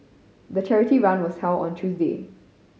the charity run was held on Tuesday